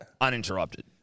Uninterrupted